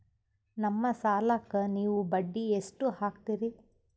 ನಮ್ಮ ಸಾಲಕ್ಕ ನೀವು ಬಡ್ಡಿ ಎಷ್ಟು ಹಾಕ್ತಿರಿ?